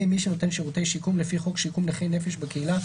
מי שנותן שירותי שיקום לפי חוק שיקום נכי נפש בקהילה,